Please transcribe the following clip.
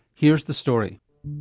here's the story.